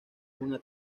una